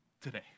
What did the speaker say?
today